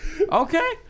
Okay